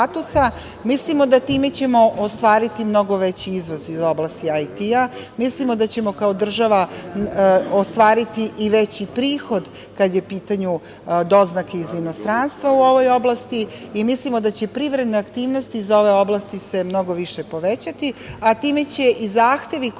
da ćemo time ostvariti mnogo veći izvoz iz oblasti IT, mislimo da ćemo kao država ostvariti i veći prihod kada su u pitanju doznake iz inostranstva u ovoj oblasti i mislimo da će privredne aktivnosti iz ove oblasti se mnogo više povećati, a time će i zahtevi koji idu